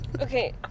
Okay